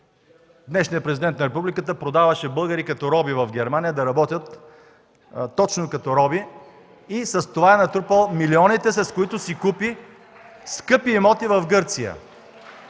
Днешният Президент на републиката продаваше българи като роби в Германия, да работят точно като роби и с това е натрупал милионите, с които си купи скъпи имоти в Гърция